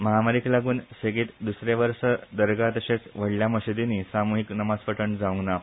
म्हामारीक लागून सेगीत द्रसऱ्या वर्सा दर्गा तशेंच व्हडल्या मशिदींनी सामूहीक नमाज पठण जावंक ना